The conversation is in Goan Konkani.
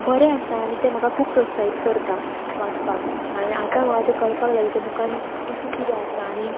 बरें आसा आनी ते म्हाका खूब प्रोत्साहीत करता वाचपाक आनी आतां म्हाका तें कळपाक लागलें तें बूकान कशें कितें आसा